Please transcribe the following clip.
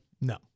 No